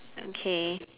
okay